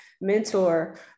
mentor